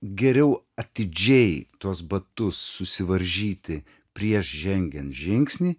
geriau atidžiai tuos batus susivaržyti prieš žengiant žingsnį